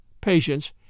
patience